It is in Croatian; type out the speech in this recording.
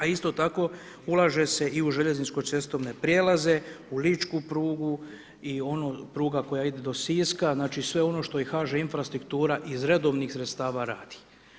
A isto tako, ulaže se i u željezničko cestovne prijelaze, u Ličku prugu i onu prugu koja ide do Siska, znači, sve ono što i HŽ infrastruktura iz redovnih sredstava radi.